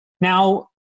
Now